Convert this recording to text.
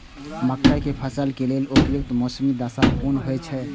मके के फसल के लेल उपयुक्त मौसमी दशा कुन होए छै?